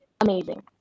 amazing